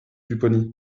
pupponi